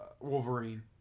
Wolverine